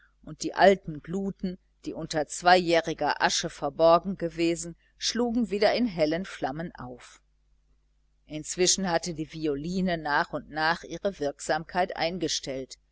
und die alten gluten die unter zweijähriger asche verborgen gewesen schlugen wieder in hellen flammen auf inzwischen hatte die violine nach und nach ihre wirksamkeit eingestellt